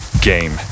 game